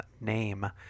name